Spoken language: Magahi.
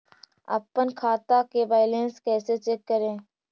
अपन खाता के बैलेंस कैसे चेक करे?